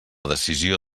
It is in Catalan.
decisió